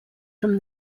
from